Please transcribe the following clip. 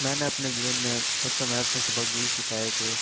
मैंने अपने जीवन में सबसे महत्वपूर्ण सबक यही सीखा है कि